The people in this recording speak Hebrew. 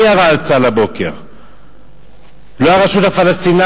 מי ירה על צה"ל הבוקר, לא הרשות הפלסטינית?